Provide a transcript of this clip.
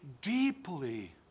deeply